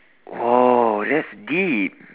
oh that's deep